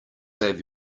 save